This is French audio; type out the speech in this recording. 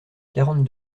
quarante